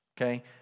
Okay